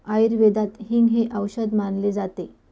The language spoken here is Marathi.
आयुर्वेदात हिंग हे औषध मानले जाते